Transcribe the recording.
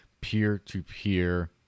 peer-to-peer